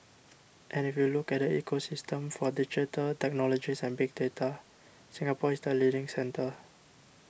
and if you look at the ecosystem for digital technologies and big data Singapore is the leading centre